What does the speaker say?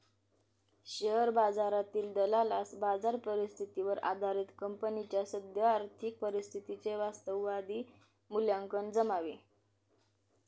share बाजारातील दलालास बाजार परिस्थितीवर आधारित कंपनीच्या सद्य आर्थिक परिस्थितीचे वास्तववादी मूल्यांकन जमावे